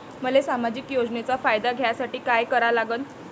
मले सामाजिक योजनेचा फायदा घ्यासाठी काय करा लागन?